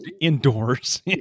Indoors